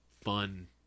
fun